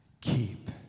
keep